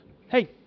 hey